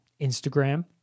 Instagram